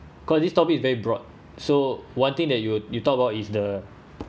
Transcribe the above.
because this topic is very broad so one thing that you you talk about is the